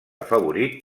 afavorit